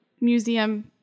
museum